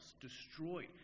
destroyed